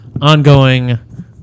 ongoing